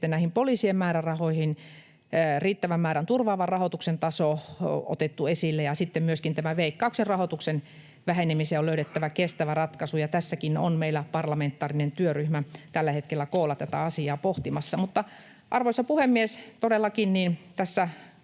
poliisien määrärahoihin riittävän määrän turvaavan rahoituksen taso otettu esille, ja sitten myöskin tähän Veikkauksen rahoituksen vähenemiseen on löydettävä kestävä ratkaisu. Ja tässäkin on meillä parlamentaarinen työryhmä tällä hetkellä koolla tätä asiaa pohtimassa. Mutta, arvoisa puhemies, todellakin tässä